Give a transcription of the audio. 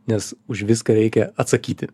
nes už viską reikia atsakyti